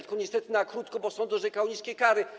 Tylko niestety na krótko, bo sąd orzekał niskie kary.